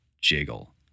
jiggle